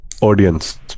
audience